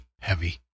heavy